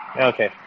okay